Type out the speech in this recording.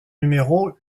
numéro